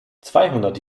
zweihundert